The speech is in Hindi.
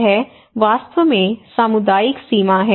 यह वास्तव में सामुदायिक सीमा है